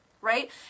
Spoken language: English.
right